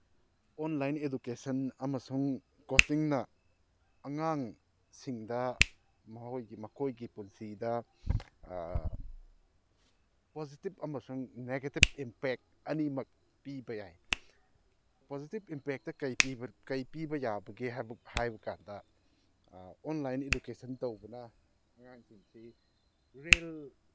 online education ꯑꯃꯁꯨꯡ ꯀꯣꯆꯤꯡꯗ ꯑꯉꯥꯡꯁꯤꯡꯗ ꯃꯈꯣꯏꯒꯤ ꯄꯨꯟꯁꯤꯗ ꯄꯣꯖꯤꯇꯤꯞ ꯑꯃꯁꯨꯡ ꯅꯦꯒꯦꯇꯤꯞ ꯏꯝꯄꯦꯛ ꯑꯅꯤꯃꯛ ꯄꯤꯕ ꯌꯥꯏ ꯄꯣꯖꯤꯇꯤꯞ ꯏꯝꯄꯦꯛꯇ ꯀꯔꯤ ꯄꯤꯕ ꯌꯥꯕꯒꯦ ꯍꯥꯏꯕꯀꯥꯟꯗ ꯑꯣꯟꯂꯥꯏꯟ ꯑꯦꯗꯨꯀꯦꯁꯟ ꯇꯧꯕꯅ ꯑꯉꯥꯡꯁꯤꯡꯁꯤ ꯔꯤꯜ